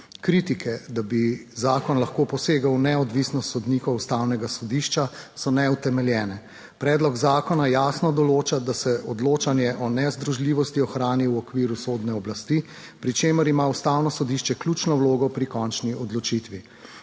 kritike, da bi zakon lahko posegel v neodvisnost sodnikov ustavnega sodišča, so neutemeljene. Predlog zakona jasno določa, da se odločanje o nezdružljivosti ohrani v okviru sodne oblasti, pri čemer ima Ustavno sodišče ključno vlogo pri končni odločitvi.